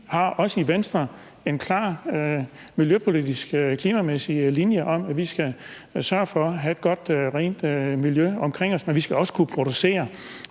Vi har også i Venstre en klar miljøpolitisk, klimamæssig linje om, at vi skal sørge for at have et godt, rent miljø omkring os, men vi skal også kunne producere.